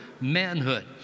manhood